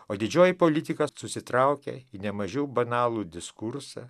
o didžioji politika susitraukė į ne mažiau banalų diskursą